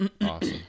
Awesome